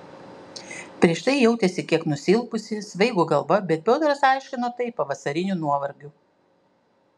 prieš tai jautėsi kiek nusilpusi svaigo galva bet piotras aiškino tai pavasariniu nuovargiu